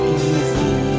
easy